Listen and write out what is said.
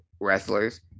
wrestlers